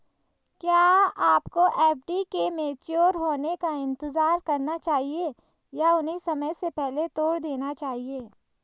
क्या आपको एफ.डी के मैच्योर होने का इंतज़ार करना चाहिए या उन्हें समय से पहले तोड़ देना चाहिए?